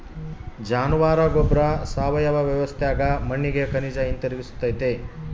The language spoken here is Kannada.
ಜಾನುವಾರ ಗೊಬ್ಬರ ಸಾವಯವ ವ್ಯವಸ್ಥ್ಯಾಗ ಮಣ್ಣಿಗೆ ಖನಿಜ ಹಿಂತಿರುಗಿಸ್ತತೆ